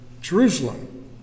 Jerusalem